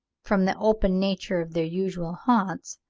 from the open nature of their usual haunts,